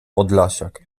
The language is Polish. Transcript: podlasiak